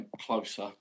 closer